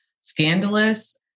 scandalous